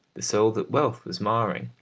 the soul that wealth was marring.